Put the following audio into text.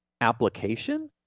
application